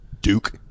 Duke